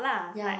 ya